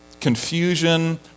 Confusion